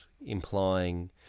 implying